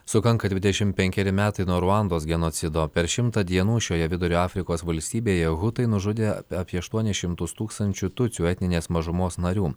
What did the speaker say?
sukanka dvidešimt penkeri metai nuo ruandos genocido per šimtą dienų šioje vidurio afrikos valstybėje hutai nužudė ap apie aštuonis šimtus tūkstančių tutsių etninės mažumos narių